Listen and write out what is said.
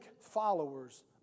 followers